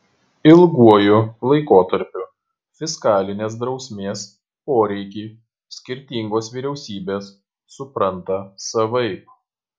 ilguoju laikotarpiu fiskalinės drausmės poreikį skirtingos vyriausybės supranta savaip